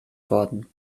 worden